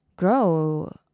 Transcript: grow